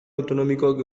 autonomikoak